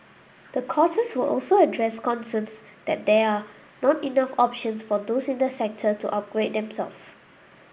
the courses will also address concerns that there are not enough options for those in the sector to upgrade themselves